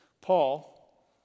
Paul